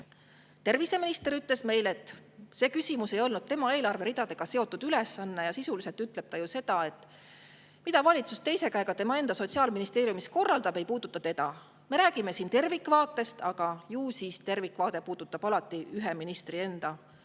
Terviseminister ütles meile, et see küsimus ei ole seotud tema eelarveridadega. Sisuliselt ütleb ta ju seda, et mida valitsus teise käega tema enda Sotsiaalministeeriumis korraldab, ei puuduta teda. Me räägime siin tervikvaatest, aga ju siis tervikvaade puudutab alati ühe ministri enda